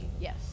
Yes